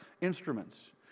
instruments